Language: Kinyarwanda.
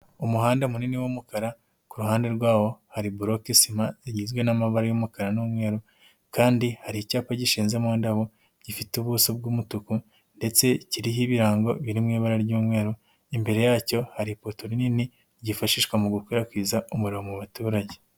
Umuhanda munini w'umukara ku ruhande rwawo hari buroke sima igizwe n'amabara y'umukara n'umweru kandi hari icyapa gishinze mu ndabo gifite ubuso bw'umutuku ndetse kiriho ibirango biri mu ibara ry'umweru, imbere yacyo hari ipoto rinini ryifashishwa mu gukwirakwiza umuriro mu baturage.